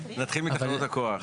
נתחיל מתחנות הכוח.